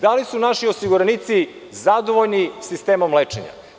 Da li su naši osiguranici zadovoljni sistemom lečenja?